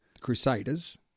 Crusaders